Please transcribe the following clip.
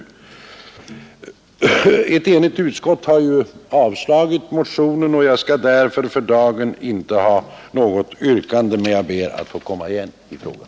Ett enigt utskott har avslagit motionen, och jag har därför för dagen inget yrkande, men jag ber att få återkomma i frågan.